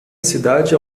cidade